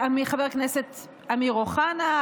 חבר הכנסת אמיר אוחנה,